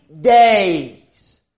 days